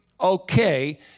okay